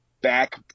back